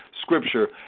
scripture